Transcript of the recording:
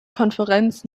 konferenz